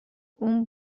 اون